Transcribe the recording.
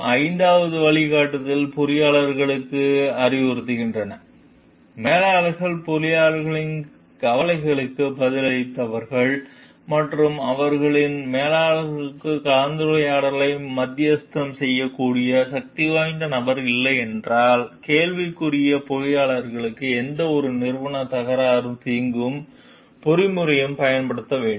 ஐந்தாவது வழிகாட்டுதல்கள் பொறியியலாளர்களுக்கு அறிவுறுத்துகின்றன மேலாளர்கள் பொறியாளர்களின் கவலைகளுக்கு பதிலளிக்காதவர்கள் மற்றும் அவர்களின் மேலாளர்களுடன் கலந்துரையாடலை மத்தியஸ்தம் செய்யக்கூடிய சக்திவாய்ந்த நபர் இல்லை என்றால் கேள்விக்குரிய பொறியியலாளர்கள் எந்தவொரு நிறுவன தகராறு தீர்க்கும் பொறிமுறையையும் பயன்படுத்த வேண்டும்